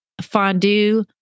fondue